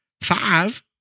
five